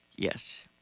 Yes